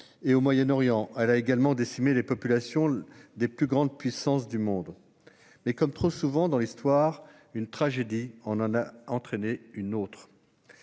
et au Moyen-Orient. Elle a également décimé les populations des plus grandes puissances du monde. Comme trop souvent dans l'histoire, une tragédie en a entraîné d'autres.